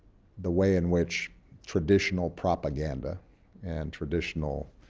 the way in which traditional propaganda and traditional